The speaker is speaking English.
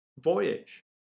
voyage